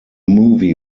movie